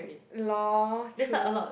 lol true